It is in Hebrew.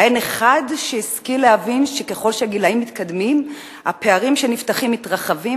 האין אחד שהשכיל להבין שככל שהגילים מתקדמים הפערים שנפתחים מתרחבים?